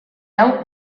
hau